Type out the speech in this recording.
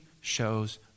shows